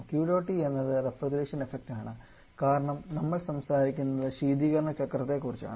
QdotE എന്നത് refrigeration ഇഫക്റ്റാണ് കാരണം നമ്മൾ സംസാരിക്കുന്നത് ശീതീകരണ ചക്രത്തെക്കുറിച്ചാണ്